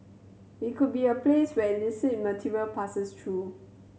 we could be a place where illicit material passes through